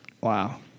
Wow